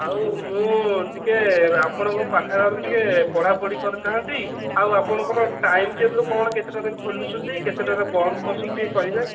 ଆଉ ମୁଁ ଟିକେ ଆପଣଙ୍କ ପାଠାଗାରରେ ଟିକେ ପଢ଼ାପଢ଼ି କରିଥାଆନ୍ତି ଆଉ ଆପଣଙ୍କର ଟାଇମ ଟେବୁଲ କଣ କେତେଟାରେ ଖୋଲୁଛନ୍ତି କେତେଟାରେ ବନ୍ଦ କରୁଛନ୍ତି ଟିକେ କହିବେ